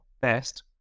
best